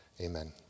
Amen